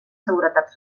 seguretat